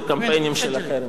של קמפיינים של חרם.